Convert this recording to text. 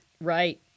right